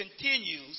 continues